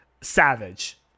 savage